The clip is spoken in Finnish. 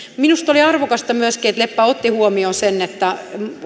minusta oli arvokasta myöskin että leppä otti huomioon sen että